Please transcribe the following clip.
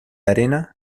arena